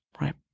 right